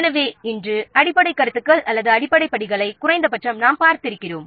எனவே இன்று அடிப்படைக் கருத்துகள் அல்லது அடிப்படை படிகளை குறைந்தபட்சம் நாம் பார்த்திருக்கிறோம்